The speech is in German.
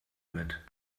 mit